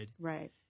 right